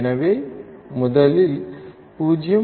எனவே முதலில் 0